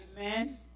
Amen